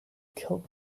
killed